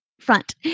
front